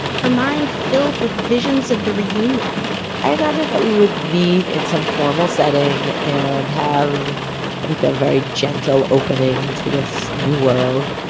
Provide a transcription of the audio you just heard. her mind filled with visions of the reunion i imagined that we would meet in some formal setting and have like a very gentle opening to this new world.